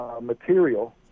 material